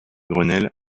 grenelle